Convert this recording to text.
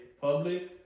public